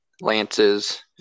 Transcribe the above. Lance's